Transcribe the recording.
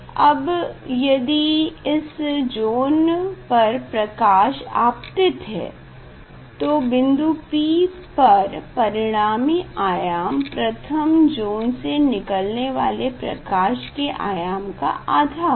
अब यदि इस ज़ोन पर प्रकाश आपतित है तो बिन्दु P पर परिणामी आयाम प्रथम ज़ोन से निकालने वाले प्रकाश के आयाम का आधा होगा